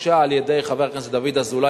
והוגשה על-ידי חבר הכנסת דוד אזולאי,